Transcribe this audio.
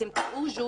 אתם תראו את ---,